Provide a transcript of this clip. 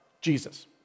Jesus